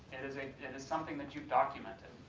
it is something that you documented.